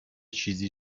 چیز